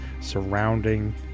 surrounding